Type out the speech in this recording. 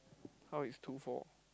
how is two four